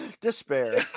Despair